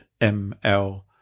ml